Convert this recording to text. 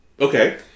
Okay